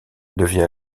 devient